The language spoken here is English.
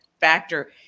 factor